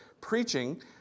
preaching